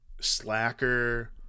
Slacker